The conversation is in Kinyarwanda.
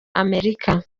amerika